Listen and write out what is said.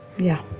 yeah,